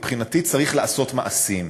מבחינתי, צריך לעשות מעשים.